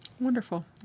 Wonderful